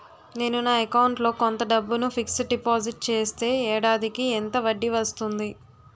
నేను నా అకౌంట్ లో కొంత డబ్బును ఫిక్సడ్ డెపోసిట్ చేస్తే ఏడాదికి ఎంత వడ్డీ వస్తుంది?